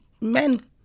men